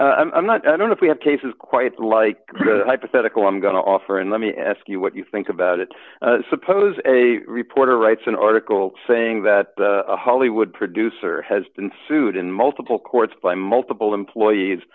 but i'm not i don't know if we have cases quite like hypothetical i'm going to offer and let me ask you what you think about it suppose a reporter writes an article saying that a hollywood producer has been sued in multiple courts by multiple employees